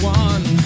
one